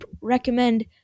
recommend